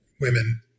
women